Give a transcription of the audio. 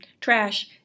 trash